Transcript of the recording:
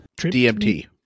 DMT